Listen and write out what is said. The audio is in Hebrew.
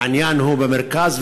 העניין הוא במרכז,